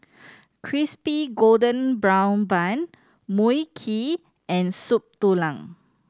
Crispy Golden Brown Bun Mui Kee and Soup Tulang